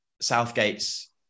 Southgate's